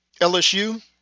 LSU